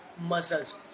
muscles